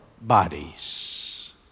bodies